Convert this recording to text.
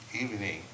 evening